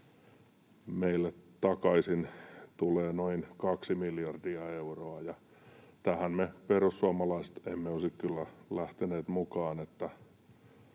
meille takaisin tulee noin 2 miljardia euroa. Tähän me perussuomalaiset emme olisi kyllä lähteneet mukaan.